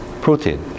protein